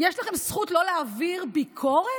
יש לכם זכות לא להעביר ביקורת,